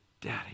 Daddy